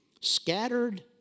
Scattered